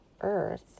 Earth